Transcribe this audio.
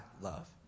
Love